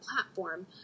platform